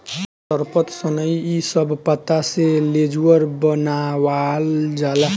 सरपत, सनई इ सब पत्ता से लेजुर बनावाल जाला